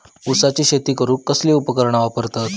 ऊसाची शेती करूक कसली उपकरणा वापरतत?